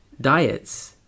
diets